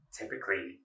typically